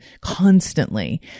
constantly